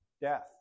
death